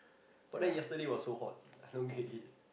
but then yesterday was so hot I don't get it